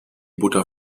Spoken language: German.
butter